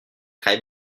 très